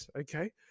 okay